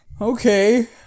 Okay